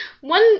One